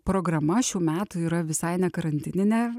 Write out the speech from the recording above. programa šių metų yra visai nekarantininė